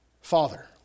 father